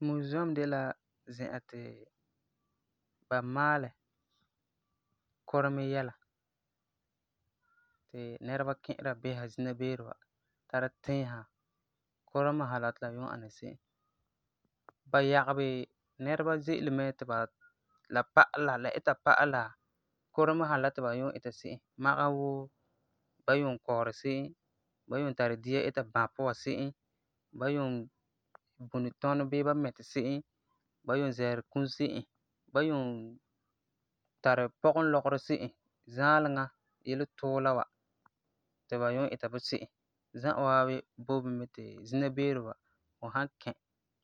Museum de la zi'an ti ba maalɛ kuremi yɛla ti nɛreba ki'ira bisera zina beere wa tara tiisera kuremi sa la ti la yuum ana se'em. Ba yagebɛ nɛreba ze'ele mɛ ti ba, la pa'ala, la ita pa'ala kuremi san ti ba yuum ita se'em, magesɛ wuu; ba yuum kɔɔri se'em, ba yuum tari dia ita bã puan se'em, ba yuum buni tɔnɔ bii ba mɛti se'em, ba yuum zɛɛri kum se'em, ba yuum tari pɔgum lɔgerɔ se'em, zaaleŋa yeletuula wa ti ba yuum ita ba se'em, za'a waabi boi bini mɛ ti fu san kɛ